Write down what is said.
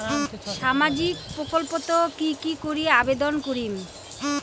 সামাজিক প্রকল্পত কি করি আবেদন করিম?